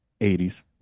80s